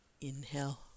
Inhale